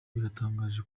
biratangaje